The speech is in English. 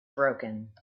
broken